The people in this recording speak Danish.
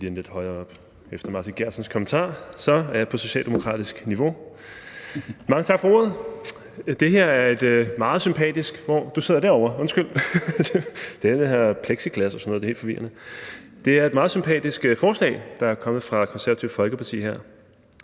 her er et meget sympatisk forslag, der er kommet fra Det Konservative Folkeparti.